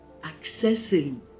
accessing